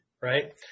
right